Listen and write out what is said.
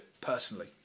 personally